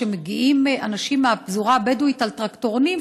שמגיעים אנשים מהפזורה הבדואית על טרקטורונים,